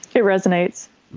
so resonates.